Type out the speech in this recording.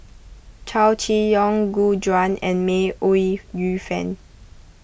Chow Chee Yong Gu Juan and May Ooi Yu Fen